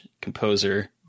composer